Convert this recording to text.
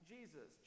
Jesus